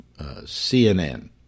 CNN